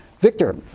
Victor